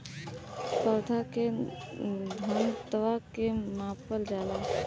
पौधा के घनत्व के मापल जाला